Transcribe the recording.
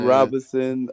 Robinson